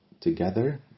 together